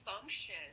function